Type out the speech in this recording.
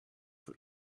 for